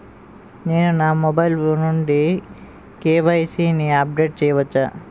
నేను నా మొబైల్ నుండి కే.వై.సీ ని అప్డేట్ చేయవచ్చా?